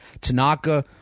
Tanaka